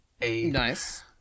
Nice